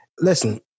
Listen